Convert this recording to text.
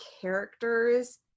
characters